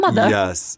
Yes